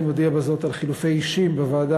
אני מודיע בזאת על חילופי אישים בוועדה